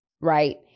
Right